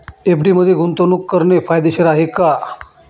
FD मध्ये गुंतवणूक करणे फायदेशीर आहे का?